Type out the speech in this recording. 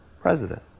President